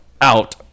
out